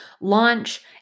launch